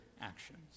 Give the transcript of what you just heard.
actions